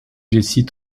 jesse